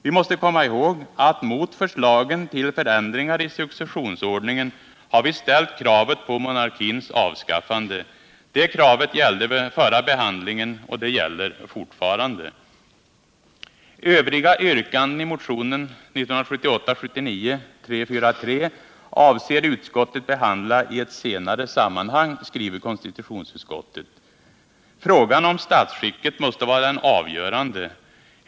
Vi måste komma ihåg att mot förslagen till förändringar i successionsordningen har vi ställt kravet på monarkins avskaffande. Det kravet gällde vid den förra behandlingen och det gäller fortfarande. ”Övriga yrkanden i motionen 1978/79:343 avser utskottet att behandla i ett senare sammanhang”, skriver konstitutionsutskottet. Frågan om statsskicket måste vara den avgörande.